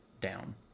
down